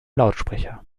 lautsprecher